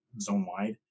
zone-wide